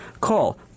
Call